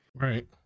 Right